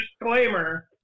disclaimer